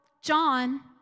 John